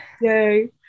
Yay